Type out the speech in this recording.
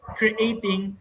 creating